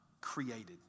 created